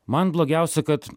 man blogiausia kad